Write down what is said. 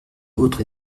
autre